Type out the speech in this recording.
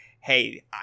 Hey